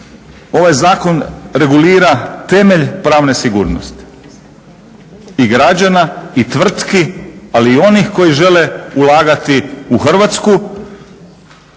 ovaj zakon regulira temelj pravne sigurnosti i građana i tvrtki ali i onih koji žele ulagati u Hrvatsku,